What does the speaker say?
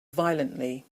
violently